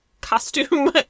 costume